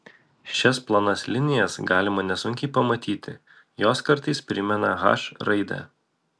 šias plonas linijas galima nesunkiai pamatyti jos kartais primena h raidę